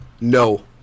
No